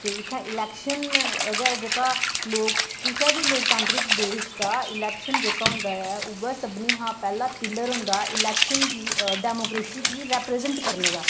ते इत्थै इलैक्शन गै जेह्का लोक कुसै बी लोकतांत्रिक देश दा इलैक्शन जेह्का होंदा ऐ उ'ऐ सभनें शा पैह्ला पिल्लर होंदा इलैक्शन गी डैमोक्रेसी गी रिप्रैजैंट करने दा